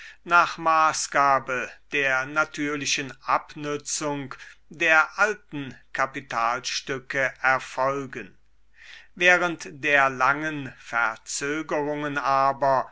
nach maßgabe der natürlichen abnützung der alten kapitalstücke erfolgen während der langen verzögerungen aber